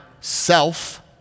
self